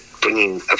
bringing